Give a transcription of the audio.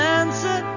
answer